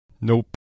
Nope